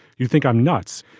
you'd think i'm nuts,